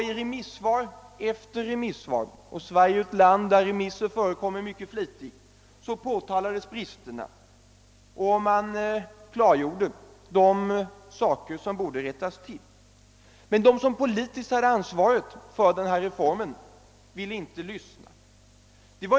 I remissvar efter remissvar — och Sverige är ett land där remisser förekommer mycket flitigt — påtalades bristerna, och man klargjorde vad som borde rättas till. Men de som politiskt hade ansvaret för reformen ville inte lyssna.